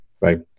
right